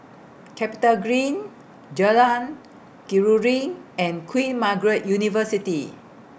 Capitagreen Jalan Keruing and Queen Margaret University